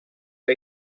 que